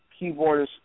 keyboardist